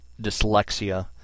Dyslexia